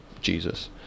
Jesus